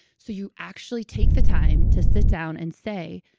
so you actually take the time to sit down and say,